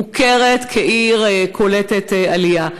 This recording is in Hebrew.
מוכרת כעיר קולטת עלייה.